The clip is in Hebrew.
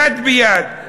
יד ביד,